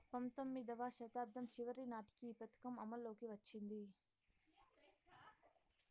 పంతొమ్మిదివ శతాబ్దం చివరి నాటికి ఈ పథకం అమల్లోకి వచ్చింది